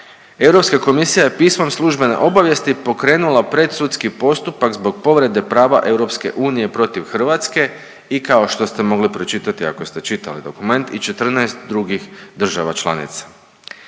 Europska komisija je pismom službene obavijesti pokrenula predsudski postupak zbog povrede prava EU protiv Hrvatske i kao što ste mogli pročitati ako ste čitali dokument i 14 drugih država članica.